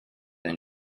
and